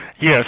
Yes